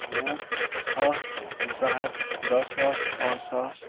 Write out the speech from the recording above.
وُہ ہَتھ زٕ ہَتھ دَہ ساس پانٛژھ ساس